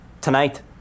Tonight